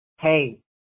hey